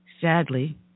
Sadly